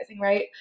right